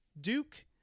Duke